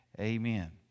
Amen